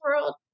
world